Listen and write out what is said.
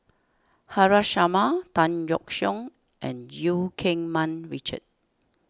Haresh Sharma Tan Yeok Seong and Eu Keng Mun Richard